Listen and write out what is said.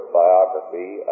biography